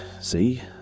see